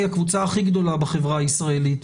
היא הקבוצה הכי גדולה בחברה הישראלית,